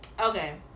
Okay